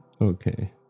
Okay